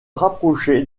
rapproché